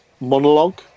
monologue